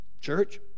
Church